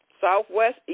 southwest